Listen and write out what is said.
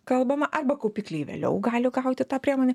kalbama arba kaupikliai vėliau gali gauti tą priemonę